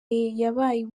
yabaye